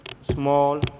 Small